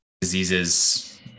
diseases